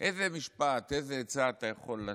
איזה משפט, איזו עצה אתה יכול לתת?